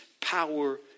power